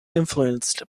influenced